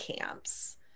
camps